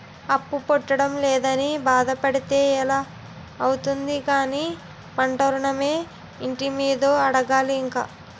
అప్పు పుట్టడం లేదని బాధ పడితే ఎలా అవుతుంది కానీ పంట ఋణమో, ఇంటి మీదో అడగాలి ఇంక